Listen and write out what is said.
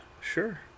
sure